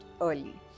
early